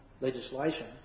legislation